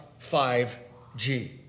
5G